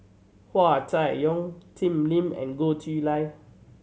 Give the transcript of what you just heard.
Hua Chai Yong Jim Lim and Goh Chiew Lye